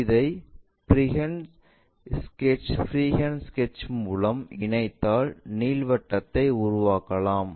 இதை ஃப்ரீஹேண்ட் ஸ்கெட்சை மூலம் இணைத்தால் நீள்வட்டத்தை உருவாக்கலாம்